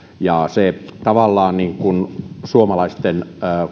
tavallaan se suomalaisten